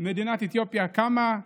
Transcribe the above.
מדינת אתיופיה קמה,